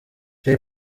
jay